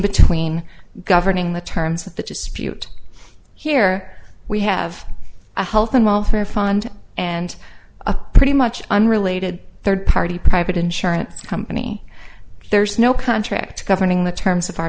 between governing the terms of the dispute here we have a health and welfare fund and a pretty much unrelated third party private insurance company there's no contract governing the terms of our